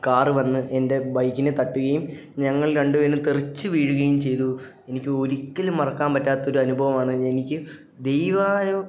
car വന്ന് എൻ്റെ ബൈക്കിനെ തട്ടുകയും ഞങ്ങൾ രണ്ട് പേരും തെറിച്ചു വീഴുകയും ചെയ്തു എനിക്ക് ഒരിക്കലും മറക്കാൻ പറ്റാത്തൊരു അനുഭവമാണ് എനിക്ക് ദൈവമായോ